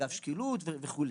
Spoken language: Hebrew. אגף שקילות וכו'.